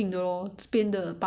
我不懂我我应